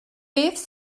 beth